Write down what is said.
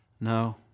No